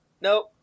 Nope